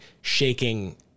shaking